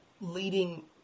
leading